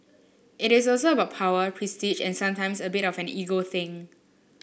it is also about power prestige and sometimes a bit of an ego thing